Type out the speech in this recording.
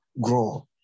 grow